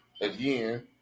Again